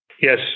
Yes